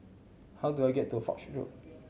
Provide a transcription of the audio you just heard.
how do I get to Foch Road